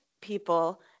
people